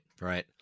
Right